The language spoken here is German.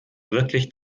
wirklich